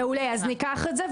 מעולה, אז ניקח את זה.